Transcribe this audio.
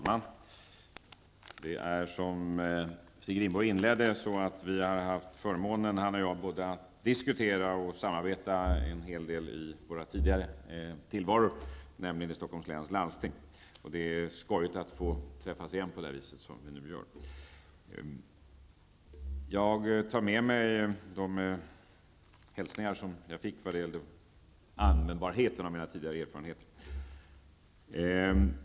Fru talman! Stig Rindborg inledde sitt anförande med att nämna att han och jag haft förmånen både att diskutera och att samarbeta en hel del i vår tidigare tillvaro, nämligen i Stockholms läns landsting. Det är skojigt att få träffas igen på det sätt som vi nu gör. Jag tar med mig de hälsningar som jag fick om användbarheten av mina tidigare erfarenheter.